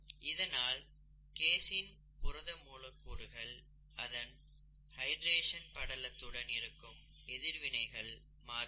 இதனால் கேசீன் புரத மூலக்கூறுகள் அதன் ஹைட்ரேஷன் படலத்துடன் இருக்கும் எதிர்வினைகள் மாறுபடும்